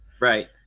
Right